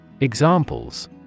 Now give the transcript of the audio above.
Examples